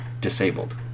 disabled